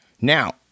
Now